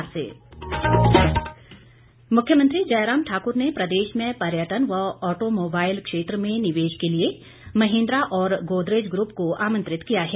मुख्यमंत्री मुख्यमंत्री जयराम ठाकुर ने प्रदेश में पर्यटन व ऑटो मोबाईल क्षेत्र में निवेश के लिए महिंद्रा और गोदरेज ग्रुप को आमंत्रित किया है